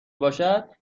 باشد